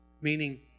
meaning